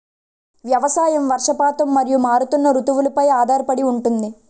వ్యవసాయం వర్షపాతం మరియు మారుతున్న రుతువులపై ఆధారపడి ఉంటుంది